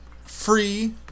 free